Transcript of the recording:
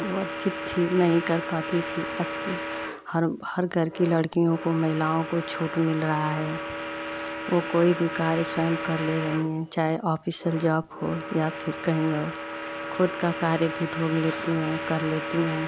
वर्जित थी नहीं कर पाती थी अब तो हर हर घर की लड़कियों को महिलाओं को छूट मिल रहा है वो कोई भी कार्य स्वयं कर ले रही हैं चाहे ऑफीसियल जॉब हो या फिर कहीं और खुद का कार्य भी ढूँढ लेती हैं कर लेती हैं